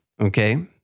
Okay